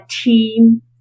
team